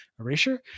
erasure